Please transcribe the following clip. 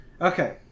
Okay